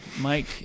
Mike